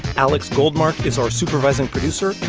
alex goldmark is our supervising producer.